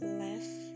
left